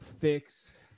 fix